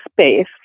space